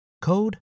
code